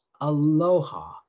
aloha